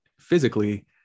physically